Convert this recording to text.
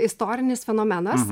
istorinis fenomenas